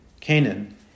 Canaan